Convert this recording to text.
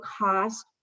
cost